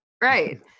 Right